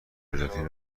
آرژانتین